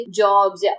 jobs